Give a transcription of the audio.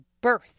birth